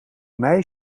mij